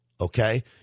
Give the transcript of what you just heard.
okay